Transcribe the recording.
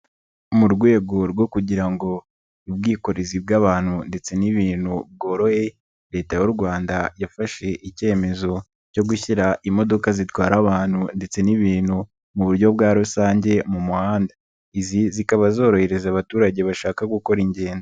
Mu rwego rwo kugira ngo ubwikorezi bw'abantu ndetse n' ibintu bworohe, Leta y'u Rwanda yafashe ikemezo cyo gushyira imodoka zitwara abantu ndetse n'ibintu mu buryo bwa rusange mu muhanda. Izi zikaba zorohereza abaturage bashaka gukora ingendo.